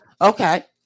Okay